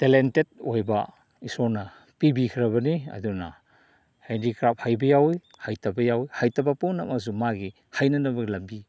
talented ꯑꯣꯏꯕ ꯏꯁꯣꯔꯅ ꯄꯤꯕꯤꯈ꯭ꯔꯕꯅꯤ ꯑꯗꯨꯅ ꯍꯦꯟꯗꯤꯀ꯭ꯔꯥꯐ ꯍꯩꯕ ꯌꯥꯎꯏ ꯍꯩꯇꯕ ꯌꯥꯎꯏ ꯍꯩꯇꯕ ꯄꯨꯝꯅꯃꯛꯁꯨ ꯃꯥꯒꯤ ꯍꯩꯅꯅꯕ ꯂꯝꯕꯤ